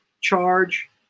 charge